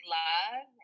love